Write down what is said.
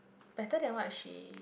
better than what she